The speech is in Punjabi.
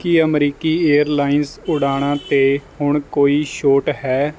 ਕੀ ਅਮਰੀਕੀ ਏਅਰਲਾਈਨਜ਼ ਉਡਾਣਾਂ 'ਤੇ ਹੁਣ ਕੋਈ ਛੋਟ ਹੈ